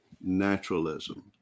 naturalism